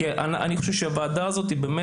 כי אני חושב שהוועדה הזאת היא באמת,